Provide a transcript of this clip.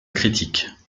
critiques